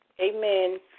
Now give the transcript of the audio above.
Amen